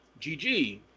GG